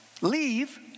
leave